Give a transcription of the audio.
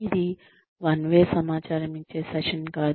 ఇది one way సమాచారం ఇచ్చే సెషన్ కాదు